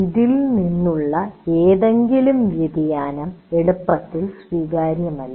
ഇതിൽ നിന്നുള്ള ഏതെങ്കിലും വ്യതിയാനം എളുപ്പത്തിൽ സ്വീകാര്യമല്ല